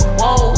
whoa